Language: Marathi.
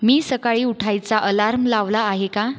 मी सकाळी उठायचा अलार्म लावला आहे का